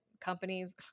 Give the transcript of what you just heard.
Companies